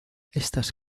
estas